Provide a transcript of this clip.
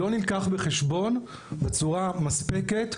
לא נלקח בחשבון בצורה מספקת,